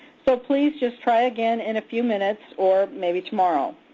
so please just try again in a few minutes or maybe tomorrow.